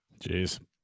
Jeez